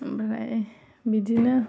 ओमफ्राय बिदिनो